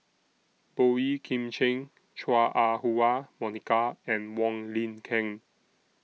Boey Kim Cheng Chua Ah Huwa Monica and Wong Lin Ken